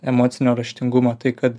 emocinio raštingumo tai kad